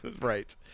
Right